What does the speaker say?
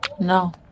No